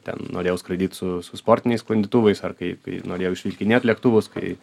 ten norėjau skraidyt su su sportiniais sklandytuvais ar kai kai norėjau išrinkinėt lėktuvus kai